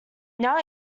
now